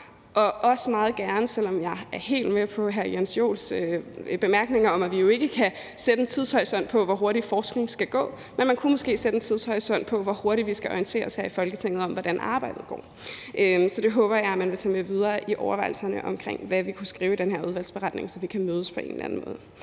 der skal ske herfra. Jeg er helt med på hr. Jens Joels bemærkninger om, at vi jo ikke kan sætte en tidshorisont på, hvor hurtigt forskningen skal gå, men man kunne måske sætte en tidshorisont på, hvor hurtigt vi skal orientere os her i Folketinget om, hvordan arbejdet går. Så det håber jeg at man vil tage med videre i overvejelserne omkring, hvad vi kunne skrive i den her udvalgsberetning, så vi kan mødes på en eller anden måde.